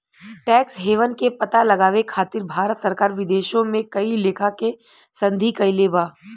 tax haven के पता लगावे खातिर भारत सरकार विदेशों में कई लेखा के संधि कईले बा